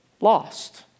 lost